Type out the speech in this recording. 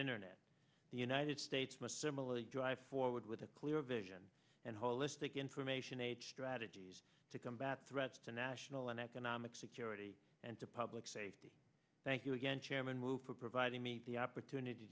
internet the united states must similarly drive forward with a clear vision and holistic information age strategies to combat threats to national and economic security and to public safety thank you again chairman moved for providing me the opportunity